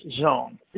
zone